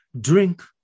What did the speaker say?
Drink